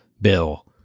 bill